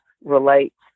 relates